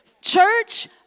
Church